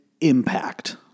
impact